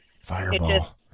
Fireball